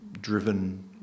driven